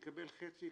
יקבל חצי,